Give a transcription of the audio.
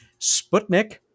Sputnik